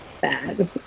bad